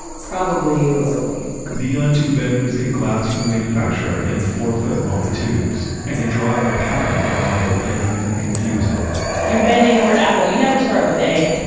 probably locally neon tube benders get glass from the manufacturer and four foot long tubes. and they draw out a pattern for how they'll bend and fuse it if and you're bending the word apple, you never start with a.